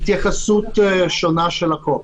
התייחסות שונה של החוק.